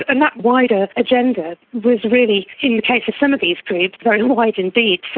and that wider agenda was really in the case of some of these groups very wide indeed.